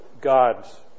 God's